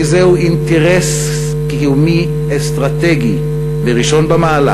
כי זהו אינטרס אסטרטגי קיומי וראשון במעלה